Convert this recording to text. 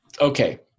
Okay